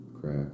crack